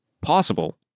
possible